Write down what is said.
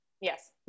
yes